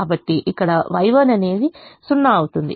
కాబట్టి ఇక్కడ Y1 అనేది 0 అవుతుంది